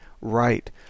right